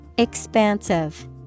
Expansive